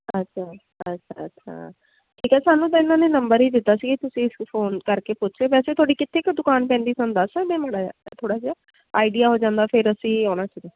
ਅੱਛਾ ਅੱਛਾ ਅੱਛਾ ਠੀਕ ਹੈ ਸਾਨੂੰ ਤਾਂ ਇਨ੍ਹਾਂ ਨੇ ਨੰਬਰ ਹੀ ਦਿੱਤਾ ਸੀ ਫੋਨ ਕਰਕੇ ਪੁੱਛ ਲਿਓ ਵੈਸੇ ਤੁਹਾਡੀ ਕਿੱਥੇ ਕੁ ਦੁਕਾਨ ਪੈਂਦੀ ਸਾਨੂੰ ਦੱਸ ਸਕਦੇ ਮਾੜਾ ਜਿਹਾ ਥੋੜ੍ਹਾ ਜਿਹਾ ਆਈਡਿਆ ਹੋ ਜਾਂਦਾ ਫਿਰ ਅਸੀਂ ਆਉਣਾ ਸੀਗਾ